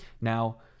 now